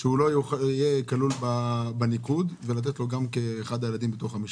שהוא לא יהיה כלול בניקוד ולתת לו גם כאחד הילדים בתוך המשפחה.